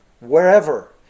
wherever